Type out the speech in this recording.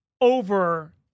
over